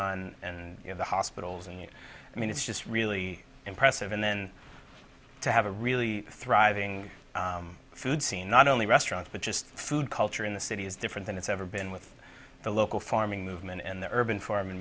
nine and you know the hospitals and i mean it's just really impressive and then to have a really thriving food scene not only restaurants but just food culture in the city is different than it's ever been with the local farming movement and the urban farm